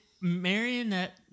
marionette